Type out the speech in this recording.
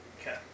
Okay